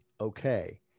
okay